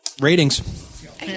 Ratings